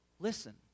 Listen